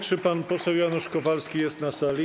Czy pan poseł Janusz Kowalski jest na sali?